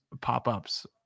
pop-ups